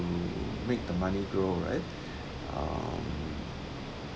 to make the money grow right um